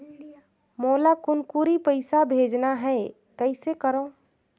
मोला कुनकुरी पइसा भेजना हैं, कइसे करो?